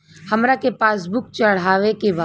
हमरा के पास बुक चढ़ावे के बा?